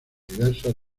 diversas